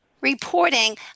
reporting